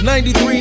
93